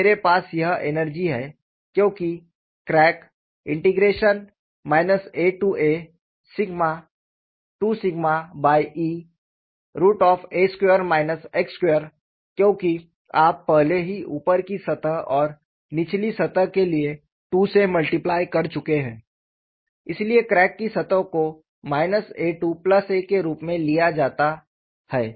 तो मेरे पास यह एनर्जी है क्योंकि क्रैक aa2Ea2 x2 क्योंकि आप पहले ही ऊपर की सतह और निचली सतह के लिए 2 से मल्टीप्लय कर चुके हैं इसलिए क्रैक की सतह को a to a के रूप में लिया जाता है